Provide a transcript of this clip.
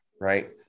Right